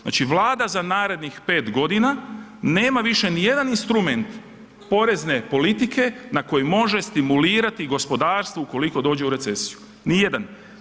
Znači Vlada za narednih 5 godina nema više ni jedan instrument porezne politike na kojem može stimulirati gospodarstvo ukoliko dođe u recesiju, ni jedan.